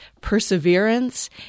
perseverance